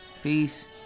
Peace